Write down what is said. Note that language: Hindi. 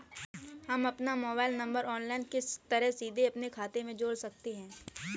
हम अपना मोबाइल नंबर ऑनलाइन किस तरह सीधे अपने खाते में जोड़ सकते हैं?